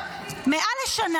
את עורכת דין --- מעל שנה,